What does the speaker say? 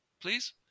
please